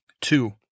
Two